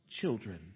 children